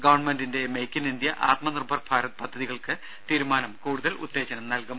ഗവൺമെന്റിന്റെ make in India Atmanirbhar Bharat പദ്ധതികൾക്ക് തീരുമാനം കൂടുതൽ ഉത്തേജനം നൽകും